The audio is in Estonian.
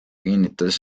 kinnitas